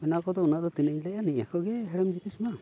ᱵᱮᱱᱟᱣ ᱠᱚᱫᱚ ᱚᱱᱟᱫᱚ ᱛᱤᱱᱟᱹᱜ ᱤᱧ ᱞᱟᱹᱭᱟ ᱱᱤᱭᱟᱹ ᱠᱚᱜᱮ ᱦᱮᱲᱮᱢ ᱡᱤᱱᱤᱥᱢᱟ